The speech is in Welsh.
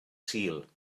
sul